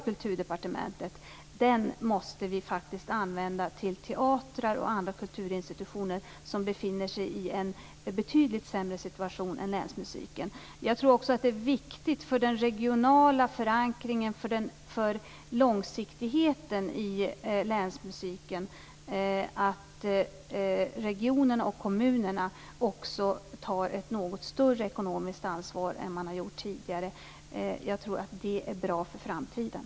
Kulturdepartementet måste vi använda för teatrar och andra kulturinstitutioner som befinner sig i en betydligt sämre situation än länsmusiken. Det är också viktigt för den regionala förankringen och för långsiktigheten i länsmusiken att regionerna och kommunerna tar ett något större ekonomiskt ansvar än vad man har gjort tidigare. Jag tror att det vore bra för framtiden.